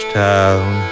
town